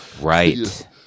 Right